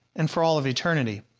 and for all of eternity.